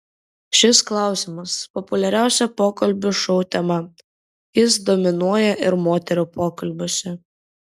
šis klausimas populiariausia pokalbių šou tema jis dominuoja ir moterų pokalbiuose